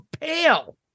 pale